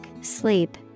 sleep